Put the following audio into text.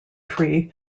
tree